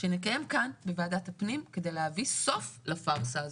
שנקיים כאן בוועדת הפנים כדי להביא סוף לפארסה הזאת.